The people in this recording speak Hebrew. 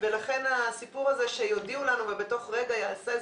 ולכן הסיפור הזה שיודיעו לנו ובתוך רגע זה ייעשה,